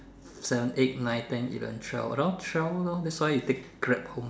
seven eight nine ten eleven twelve around twelve lor that's why you take Grab home